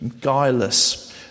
guileless